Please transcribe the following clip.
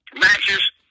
matches